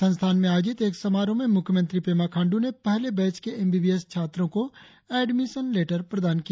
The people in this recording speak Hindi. संस्थान में आयोजित एक समारोह में मुख्यमंत्री पेमा खाण्डू ने पहले बैच के एम बी बी एस छात्रों को एडमिशन लेटर प्रदान किया